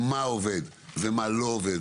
מה עובד ומה לא עובד,